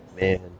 man